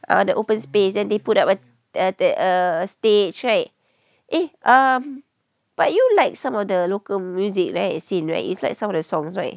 uh the open space then they put up err the stage right eh um but you like some of the local music scene right it's like some of the songs right